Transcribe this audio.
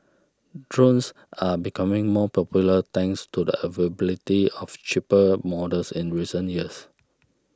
drones are becoming more popular thanks to the availability of cheaper models in recent years